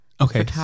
okay